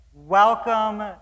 Welcome